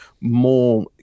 more